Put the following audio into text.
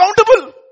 accountable